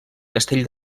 castell